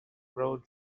road